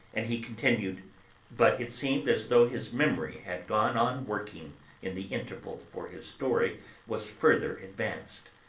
and he continued but it seemed as though his memory had gone on working in the interval for his story was further advanced.